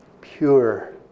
pure